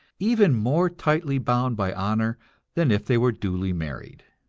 even more tightly bound by honor than if they were duly married.